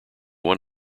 one